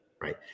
right